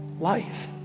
life